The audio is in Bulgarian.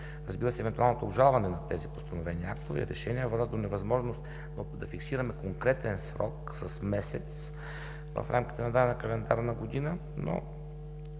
Разбира се, евентуалното обжалване на тези постановени актове и решения е вероятно невъзможност да фиксираме конкретен срок с месец в рамките на дадена календарна година. Но